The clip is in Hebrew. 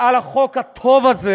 על החוק הטוב הזה.